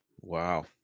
Wow